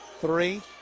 Three